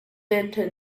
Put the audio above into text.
into